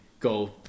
Go